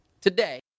Today